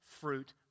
fruit